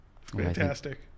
Fantastic